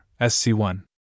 SC1